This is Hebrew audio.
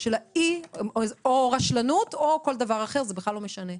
של רשלנות או כל דבר אחר, זה בכלל לא משנה.